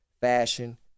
fashion